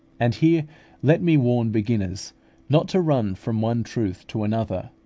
and here let me warn beginners not to run from one truth to another,